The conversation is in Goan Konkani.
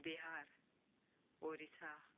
बिहार उड़ीसा